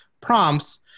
prompts